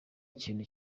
ikintu